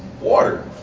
water